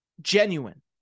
genuine